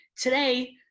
today